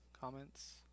comments